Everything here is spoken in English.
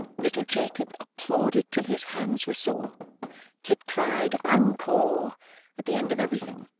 little jacob applauded till his hands were sore kit cried an-kor at the end of everything,